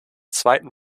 zweiten